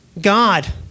God